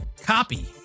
copy